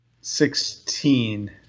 Sixteen